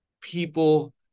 people